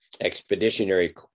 Expeditionary